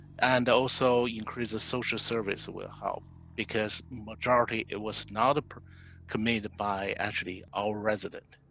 and also increase a social service will help because majority, it was not but committed by actually our resident.